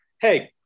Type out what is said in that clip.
hey